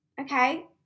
Okay